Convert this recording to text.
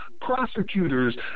prosecutors